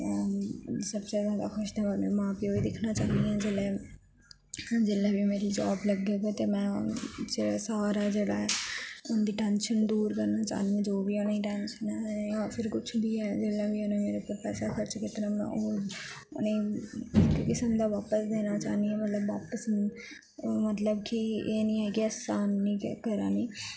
सबतु जादा खुश में अपने मां प्यो दी दिक्खना चाह्नी आं जेल्लै जेल्लै बी मेरी जाब लग्गे ते में जेह्ड़ा सारा जेह्ड़ा ऐ उंदी टेंशन दूर करना चाह्नी आं जो बी ऐ उनेंई टेंशन ऐ जां फिर उनेंई कुछ बी ऐ ते जेल्लै बी उनैं मेरे उप्पर पैसा खर्च कित्ते दा ऐ और उनेंई इक इक पैसा वापस देना चाह्नी आं वापस निं मतलब कि एह् निं ऐ कि साह्न निं करा निं